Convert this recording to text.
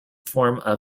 form